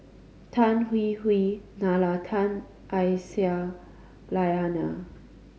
Tan Hwee Hwee Nalla Tan Aisyah Lyana